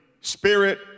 spirit